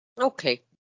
Okay